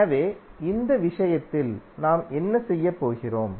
எனவே இந்த விஷயத்தில் நாம் என்ன செய்யப் போகிறோம்